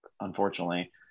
unfortunately